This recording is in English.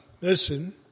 listen